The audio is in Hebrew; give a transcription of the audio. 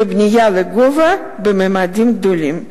ובנייה לגובה בממדים גדולים.